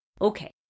Okay